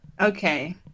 Okay